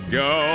go